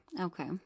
Okay